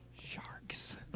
sharks